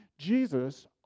Jesus